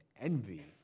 envy